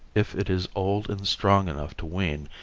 if it is old and strong enough to wean,